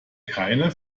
keine